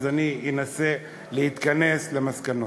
אז אני אנסה להתכנס למסקנות.